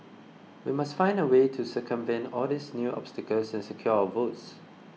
we must find a way to circumvent all these new obstacles and secure our votes